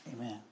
Amen